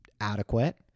adequate